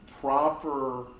proper